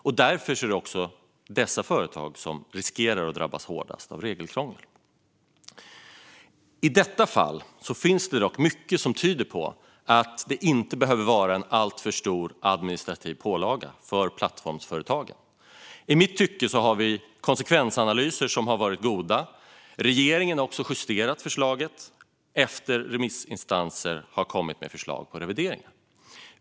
Det är också dessa företag som löper risk att drabbas hårdast av regelkrångel. I detta fall finns det dock mycket som tyder på att det inte behöver bli en alltför stor administrativ pålaga för plattformsföretagen. I mitt tycke har konsekvensanalyserna varit goda. Regeringen har också justerat förslaget efter att remissinstanser kommit med förslag på revideringar.